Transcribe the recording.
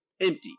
empty